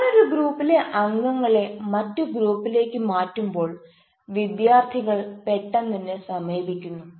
ഞാൻ ഒരു ഗ്രൂപ്പിലെ അംഗങ്ങളെ മറ്റു ഗ്രൂപ്പുകളിലേക്ക് മാറ്റുമ്പോൾ വിദ്യാർത്ഥികൾ പെട്ടെന്ന് എന്നെ സമീപിക്കുന്നു